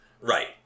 Right